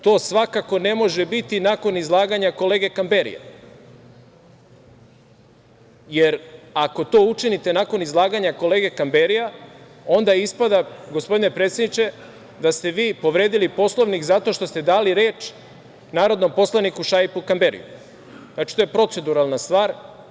To svakako ne može biti nakon izlaganja kolege Kamberija, jer ako to učinite nakon izlaganja kolege Kamberija onda ispada, gospodine predsedniče, da ste vi povredili Poslovnik zato što ste dali reč narodnom poslaniku Šaipu Kamberiju, što je proceduralna stvar.